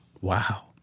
Wow